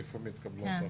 איפה מתקבלות ההחלטות?